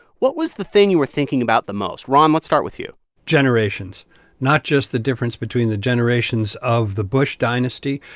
what was the thing you were thinking about the most? ron, let's start with you generations not just the difference between the generations of the bush dynasty,